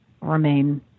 remain